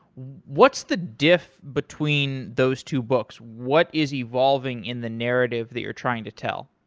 what's the diff between those two books? what is evolving in the narrative that you're trying to tell?